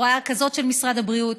הוראה כזאת של משרד הבריאות,